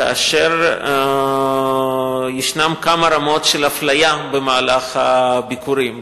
כאשר יש כמה רמות של אפליה במהלך הביקורים.